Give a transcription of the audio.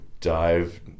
dive